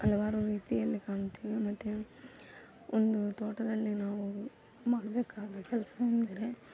ಹಲವಾರು ರೀತಿಯಲ್ಲಿ ಕಾಣ್ತೀವಿ ಮತ್ತೆ ಒಂದು ತೋಟದಲ್ಲಿ ನಾವು ಮಾಡಬೇಕಾದ ಕೆಲಸ ಅಂದರೆ